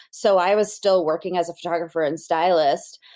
so i was still working as a photographer and stylist,